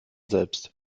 selbst